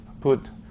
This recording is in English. put